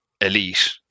elite